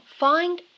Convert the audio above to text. find